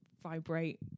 vibrate